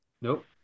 Nope